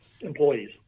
employees